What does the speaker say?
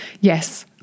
Yes